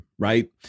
Right